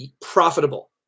profitable